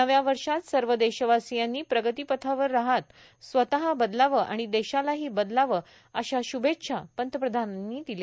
नव्या वर्षात सर्व देशवासियांनी प्रगतीपथावर रहात स्वतरू बदलावं आणि देशालाही बदलावं अशा शुभेच्छा पंतप्रधानांनी दिल्या